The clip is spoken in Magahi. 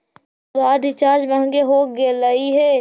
इस बार रिचार्ज महंगे हो गेलई हे